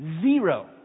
zero